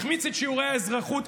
החמיץ את שיעורי האזרחות.